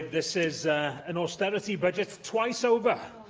this is an austerity budget. twice over,